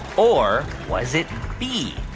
or was it b,